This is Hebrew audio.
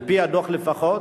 על-פי הדוח לפחות,